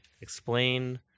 explain